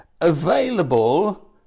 available